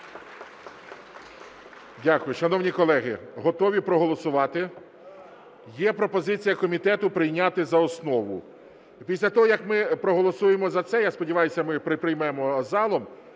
Дякую. Шановні колеги, готові проголосувати? Є пропозиція комітету прийняти за основу. Після того, як ми проголосуємо за це, я сподіваюсь, ми приймемо залом,